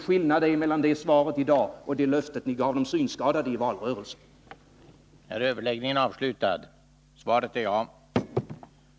Skillnaden mellan svaret i dag och löftet som ni gav de synskadade under valrörelsen är mycket tydlig.